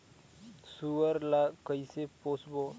सुअर ला कइसे पोसबो?